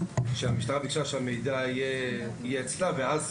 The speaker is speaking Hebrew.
שהמשטרה ביקשה שהמידע יהיה צו ואז,